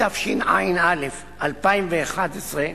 התשע"א 2011,